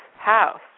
house